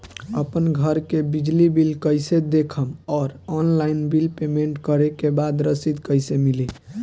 आपन घर के बिजली बिल कईसे देखम् और ऑनलाइन बिल पेमेंट करे के बाद रसीद कईसे मिली?